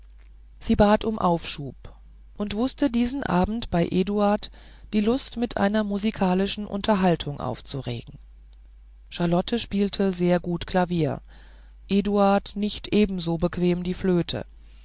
sie bat um aufschub und wußte diesen abend bei eduard die lust zu einer musikalischen unterhaltung aufzuregen charlotte spielte sehr gut klavier eduard nicht ebenso bequem die flöte